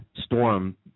storm